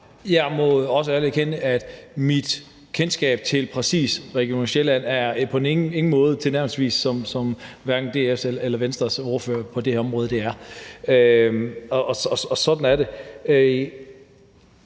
Jeg må også ærligt erkende, at mit kendskab til præcis Region Sjælland på ingen måde tilnærmelsesvist er som hverken DF's eller Venstres ordførers på det her område, og sådan er det.